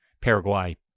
Paraguay